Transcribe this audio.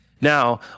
Now